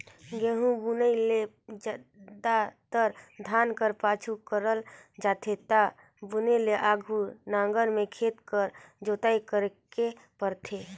गहूँ बुनई ल जादातर धान कर पाछू करल जाथे ता बुने ले आघु नांगर में खेत कर जोताई करेक परथे